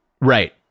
Right